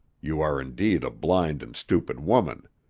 you are indeed a blind and stupid woman.